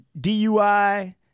DUI